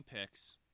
picks